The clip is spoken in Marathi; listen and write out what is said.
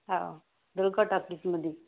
हो दुर्गा टॉकीजमध्ये